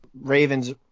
Ravens